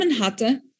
hatte